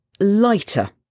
lighter